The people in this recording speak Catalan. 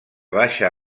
baixa